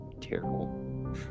Terrible